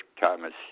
Thomas